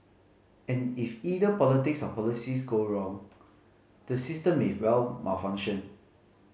and if either politics or policies go wrong the system may well malfunction